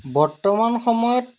বৰ্তমান সময়ত